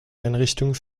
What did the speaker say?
einrichtung